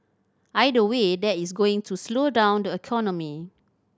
either way that is going to slow down the economy